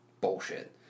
bullshit